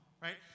right